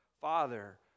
father